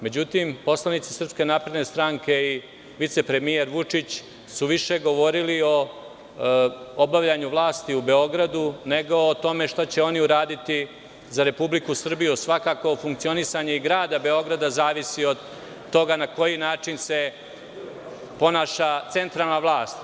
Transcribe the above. Međutim, poslanici SNS i vice premijer Vučić su više govorili o obavljanju vlasti u Beogradu, nego o onome šta će oni uraditi za Republiku Srbiju, jer svakako i funkcionisanje grada Beograda zavisi od toga na koji način se ponaša centralna vlast.